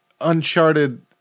Uncharted